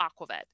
Aquavet